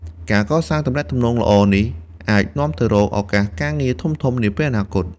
ការកសាងទំនាក់ទំនងល្អនេះអាចនាំទៅរកឱកាសការងារធំៗនាពេលអនាគត។